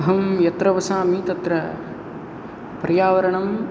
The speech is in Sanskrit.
अहं यत्र वसामि तत्र पर्यावरणं